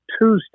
Tuesday